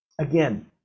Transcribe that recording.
Again